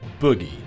Boogie